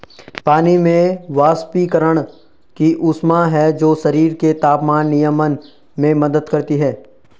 पानी में वाष्पीकरण की ऊष्मा है जो शरीर के तापमान नियमन में मदद करती है